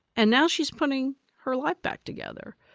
and now she's putting her life back together.